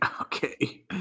Okay